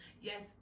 Yes